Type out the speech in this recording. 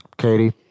Katie